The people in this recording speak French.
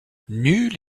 nulle